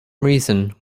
reason